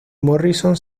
morrison